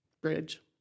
bridge